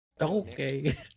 Okay